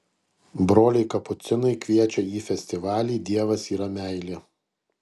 broliai kapucinai kviečia į festivalį dievas yra meilė